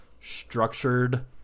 structured